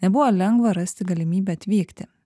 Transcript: nebuvo lengva rasti galimybę atvykti